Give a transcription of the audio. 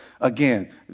Again